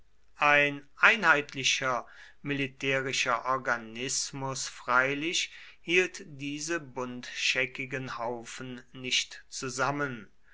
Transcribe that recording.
ein einheitlicher militärischer organismus freilich hielt diese buntscheckigen haufen nicht zusammen